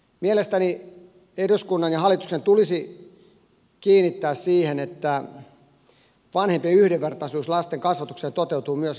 mielestäni eduskunnan ja hallituksen tulisi kiinnittää huomiota siihen että vanhempien yhdenvertaisuus lasten kasvatuksessa toteutuu myös riitatilanteessa